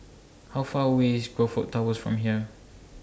How Far away IS Crockfords Towers from here